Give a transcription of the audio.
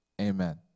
amen